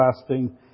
fasting